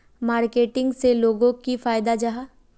Marketing से लोगोक की फायदा जाहा?